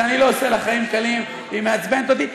שאני לא עושה לה חיים קלים והיא מעצבנת אותי.